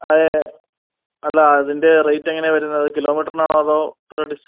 ആയ് അല്ല അതിൻ്റെ റേറ്റ് എങ്ങനെ വരുന്നത് കിലോമീറ്ററിന് ആണോ അതോ ഇത്ര ഡിസ്